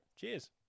Cheers